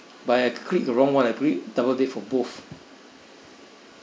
but I click the wrong one I put it double bed for both